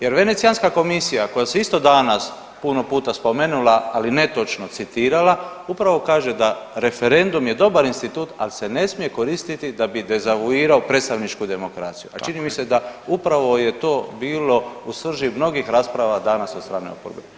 Jer Venecijanska komisija koja se isto danas puno puta spomenula, ali netočno citirala, upravo kaže da referendum je dobar institut, al se ne smije koristiti da bi dezavuirao predstavničku demokraciju, a čini mi se da upravo je to bilo u srži mnogih rasprava danas od strane oporbe.